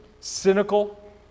cynical